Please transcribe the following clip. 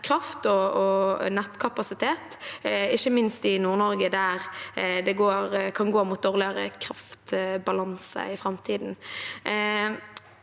kraft og nettkapasitet, ikke minst i Nord-Norge, der det kan gå mot dårligere kraftbalanse i framtiden.